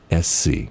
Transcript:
SC